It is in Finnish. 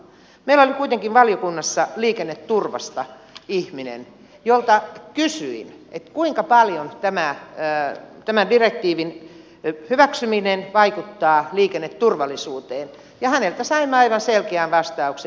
meillä oli kuitenkin valiokunnassa liikenneturvasta ihminen jolta kysyin kuinka paljon tämän direktiivin hyväksyminen vaikuttaa liikenneturvallisuuteen ja häneltä sain aivan selkeän vastauksen